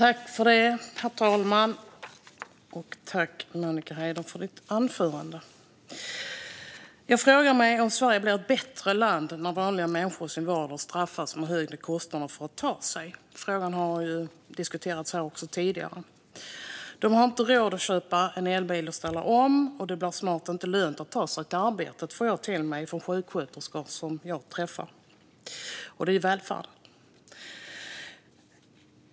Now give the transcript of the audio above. Herr talman! Tack, Monica Haider, för ditt anförande! Jag frågar mig om Sverige blir ett bättre land när vanliga människor i sin vardag straffas med högre kostnader för att ta sig runt. Denna fråga har diskuterats här tidigare. De har inte råd att köpa en elbil och ställa om. Det blir snart inte lönt att ta sig till arbetet, vilket jag får berättat för mig av sjuksköterskor som jag träffar. Och de utgör ju välfärden.